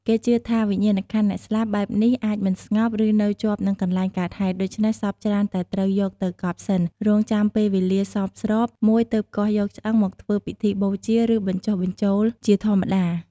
គេជឿថា វិញ្ញាណក្ខន្ធអ្នកស្លាប់បែបនេះអាចមិនស្ងប់ ឬនៅជាប់នឹងកន្លែងកើតហេតុ ដូច្នេះ សពច្រើនតែត្រូវយកទៅកប់សិន រង់ចាំពេលវេលាសមស្របមួយ ទើបគាស់យកឆ្អឹងមកធ្វើពិធីបូជា ឬបញ្ចុះបញ្ចូលជាធម្មតា។